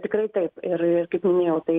tikrai taip ir ir kaip minėjau tai